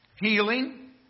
Healing